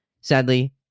sadly